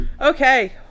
Okay